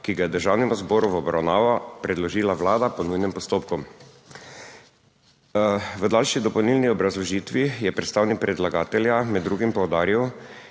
ki ga je Državnemu zboru v obravnavo predložila Vlada po nujnem postopku. V daljši dopolnilni obrazložitvi je predstavnik predlagatelja med drugim poudaril,